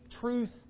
truth